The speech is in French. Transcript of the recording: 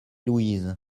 louise